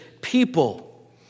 people